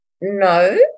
no